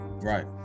right